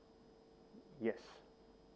yes